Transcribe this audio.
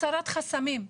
הסרת חסמים.